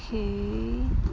okay